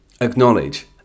acknowledge